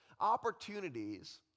opportunities